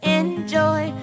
enjoy